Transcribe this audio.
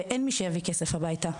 ואין מי שיביא כסף הביתה.